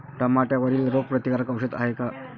टमाट्यावरील रोग प्रतीकारक औषध हाये का?